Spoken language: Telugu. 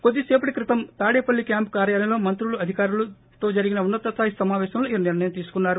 కొద్ది సేపటి క్రితం తాడేపల్లి క్యాంప్ కార్యాలయంలో మంత్రులు అధికారులతో జరిగిన ఉన్నతస్థాయి సమాపేశంలో ఈ నిర్ణయం తీసుకున్నారు